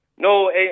No